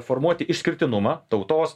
formuoti išskirtinumą tautos